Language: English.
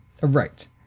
Right